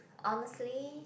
honestly